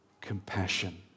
compassion